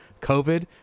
COVID